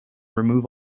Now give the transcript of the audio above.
remove